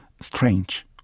strange